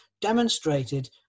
demonstrated